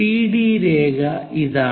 CD രേഖ ഇതാണ്